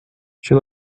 she